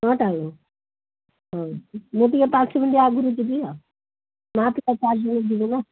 ନଅଟା ବେଳେ ହଉ ମୁଁ ଟିକିଏ ପାଞ୍ଚ ମିନିଟ୍ ଆଗରୁ ଯିବି ଆଉ ମା ଯିବି ନା